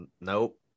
nope